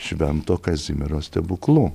švento kazimiero stebuklu